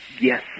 Yes